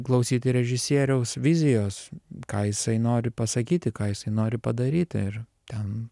klausyti režisieriaus vizijos ką jisai nori pasakyti ką jisai nori padaryti ir ten